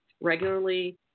regularly